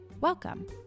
Welcome